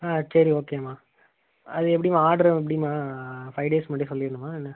ஆ சரி ஓகேம்மா அது எப்படிம்மா ஆட்ரு எப்படிம்மா ஃபை டேஸ் முன்னாடியே சொல்லிடணுமா என்ன